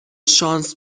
شانس